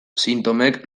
sintomek